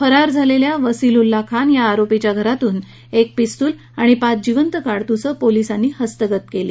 फरारी झालेल्या वसीलउल्ला खान या आरोपीच्या घरातून एक पिस्तूल आणि पाच जिवंत काडतुसं पोलिसांनी हस्तगत केली